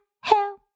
Help